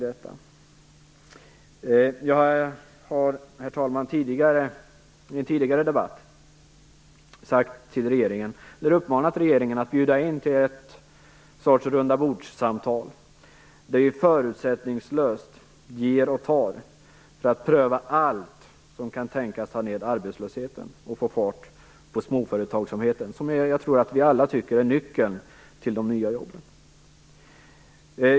Herr talman! Jag har i en tidigare debatt uppmanat regeringen att bjuda in till ett slags rundabordssamtal där vi förutsättningslöst ger och tar för att pröva allt som kan tänkas få ned arbetslösheten och sätta fart på småföretagsamheten. Jag tror att vi alla tycker att den är nyckeln till de nya jobben.